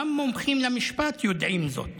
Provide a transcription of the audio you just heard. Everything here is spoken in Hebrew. גם מומחים למשפט יודעים זאת.